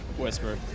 whisper.